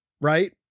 right